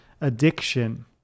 addiction